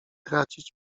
tracić